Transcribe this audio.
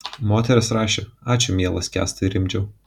moteris rašė ačiū mielas kęstai rimdžiau